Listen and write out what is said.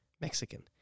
Mexican